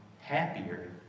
happier